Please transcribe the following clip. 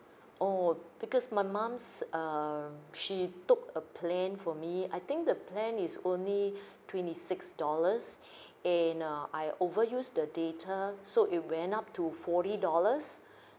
orh okay because my mum's um she took a plan for me I think the plan is only twenty six dollars and uh I over use the data so it went up to forty dollars